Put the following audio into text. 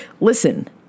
Listen